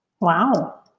Wow